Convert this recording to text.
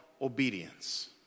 obedience